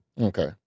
Okay